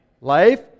Life